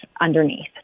underneath